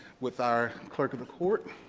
with our clerk of the court.